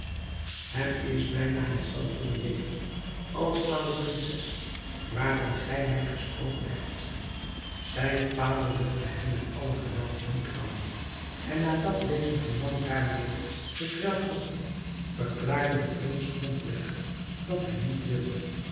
hem is bijna het zelfde bejegend als aan de prinses waarvan gij mij gesproken hebt zijn vader wilde hem met alle geweld doen trouwen en nadat deze hem lang daarmede gekweld had verklaarde de prins rond weg dat hij niet wilde